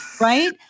Right